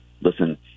listen